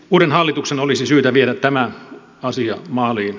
uuden hallituksen olisi syytä viedä tämä asia maaliin